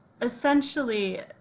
essentially